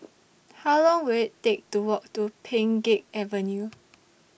How Long Will IT Take to Walk to Pheng Geck Avenue